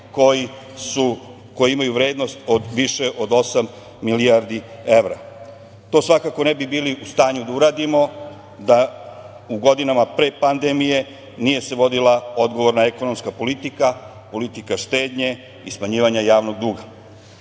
koji imaju vrednost više od osam milijardi evra. To svakako ne bi bili u stanju da uradimo da u godinama pre pandemije nije se vodila odgovorna ekonomska politika, politika štednje i smanjivanje javnog duga. Čak